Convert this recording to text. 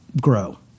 grow